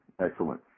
excellent